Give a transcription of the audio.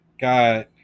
got